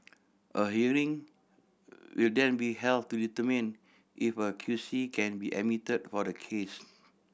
a hearing will then be held to determine if a Q C can be admitted for the case